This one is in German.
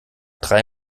drei